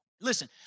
Listen